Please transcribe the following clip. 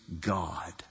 God